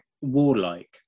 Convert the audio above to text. warlike